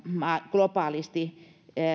globaalisti